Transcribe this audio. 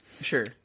Sure